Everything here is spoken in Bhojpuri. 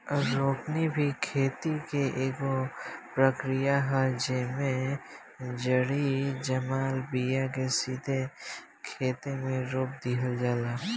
रोपनी भी खेती के एगो प्रक्रिया ह, जेइमे जरई जमाल बिया के सीधे खेते मे रोप दिहल जाला